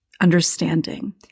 understanding